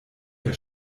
der